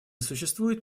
существует